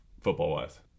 football-wise